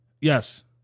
Yes